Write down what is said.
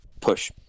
push